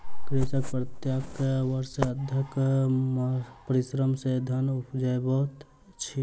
कृषक प्रत्येक वर्ष अथक परिश्रम सॅ धान उपजाबैत अछि